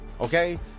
okay